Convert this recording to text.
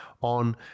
on